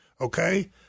Okay